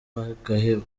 bagaheba